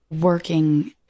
working